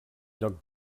lloc